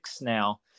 now